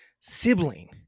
sibling